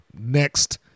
next